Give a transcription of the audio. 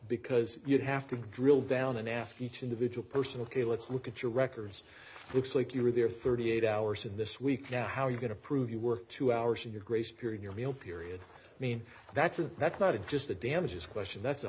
because you'd have to drill down and ask each individual person ok let's look at your records looks like you are there thirty eight hours in this week now how are you going to prove you were two hours in your grace period your meal period i mean that's a that's not a just the damages question that's a